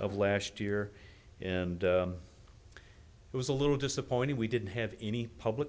of last year and it was a little disappointed we didn't have any public